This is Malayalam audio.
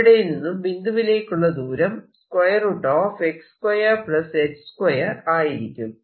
ഇവിടെനിന്നും ബിന്ദുവിലേക്കുള്ള ദൂരം x 2 z 2 ആയിരിക്കും